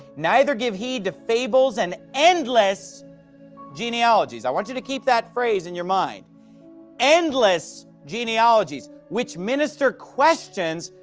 neither give heed to fables and endless genealogies, i want you to keep that phrase in your mind endless genealogies which minister questions,